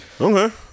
Okay